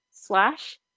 slash